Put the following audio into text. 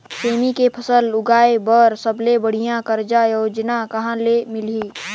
सेमी के फसल उगाई बार सबले बढ़िया कर्जा योजना कहा ले मिलही?